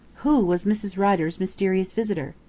who was mrs. rider's mysterious visitor?